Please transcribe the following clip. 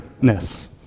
ness